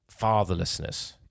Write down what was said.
Fatherlessness